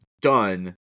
done